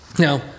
Now